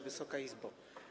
Wysoka Izbo!